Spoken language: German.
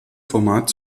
format